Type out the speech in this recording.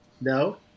No